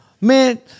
Man